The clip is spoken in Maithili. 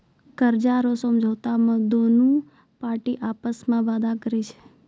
कर्जा रो समझौता मे दोनु पार्टी आपस मे वादा करै छै